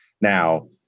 Now